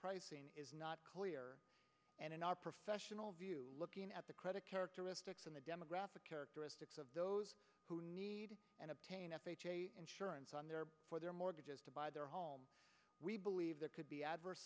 risk is not clear and in our professional view looking at the credit characteristics and the demographic characteristics of those who need and obtain insurance on their for their mortgages to buy their home we believe there could be an adverse